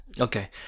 Okay